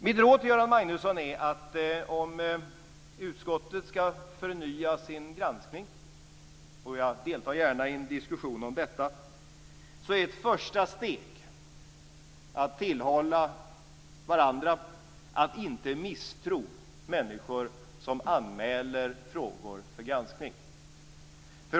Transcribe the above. Mitt råd till Göran Magnusson är att om utskottet skall förnya sin granskning - och jag deltar gärna i en diskussion om detta - är ett första steg att tillhålla varandra att inte misstro människor som anmäler frågor för granskning.